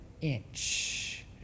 inch